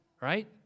right